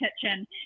kitchen